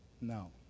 No